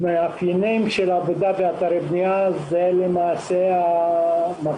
מאפיינים של עבודה באתרי בנייה למעשה המכה